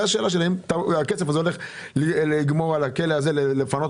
השאלה שלי היא האם הכסף הזה נועד לסגור את כלא גלבוע ולפנות